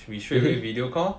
we should make video call